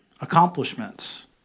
Accomplishments